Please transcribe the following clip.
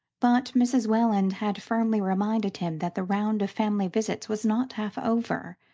but mrs. welland had firmly reminded him that the round of family visits was not half over,